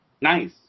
Nice